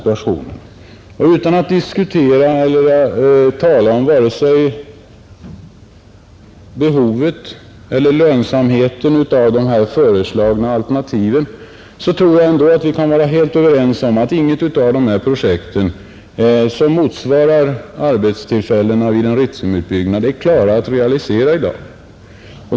Utan att diskutera eller tala om vare sig behovet eller lönsamheten av dessa föreslagna alternativ tror jag ändå vi kan vara helt överens om att inget av dessa projekt, som motsvarar arbetstillfällena vid en Ritsemutbyggnad, är klart att realisera i dag.